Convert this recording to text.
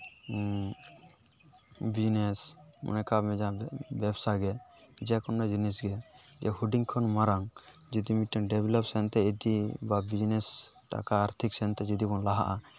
business ᱢᱚᱱᱮ ᱠᱟᱜᱼᱢᱮ ᱵᱮᱵᱽᱥᱟ ᱜᱮ ᱡᱮ ᱠᱳᱱᱚ ᱡᱤᱱᱤᱥᱜᱮ ᱡᱮ ᱦᱩᱰᱤᱧ ᱠᱷᱚᱱ ᱢᱟᱨᱟᱝ ᱡᱩᱫᱤ ᱢᱤᱫᱴᱟᱝ ᱰᱮᱵᱷᱞᱚᱯ ᱥᱮᱱᱛᱮ ᱤᱫᱤ ᱵᱟ ᱵᱤᱡᱽᱱᱮᱥ ᱴᱟᱠᱟ ᱟᱨᱛᱷᱤᱠ ᱥᱮᱱᱛᱮ ᱡᱩᱫᱤ ᱵᱚᱱ ᱞᱟᱦᱟᱜᱼᱟ